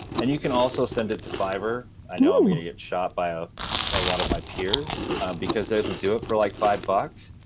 and you can also send it to fiverr i know i'm going to get shot by ah a lot of my peers because they can do it for like five but